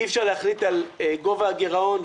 אי אפשר להחליט על גובה הגרעון,